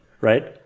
right